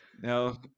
Now